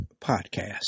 Podcast